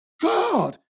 God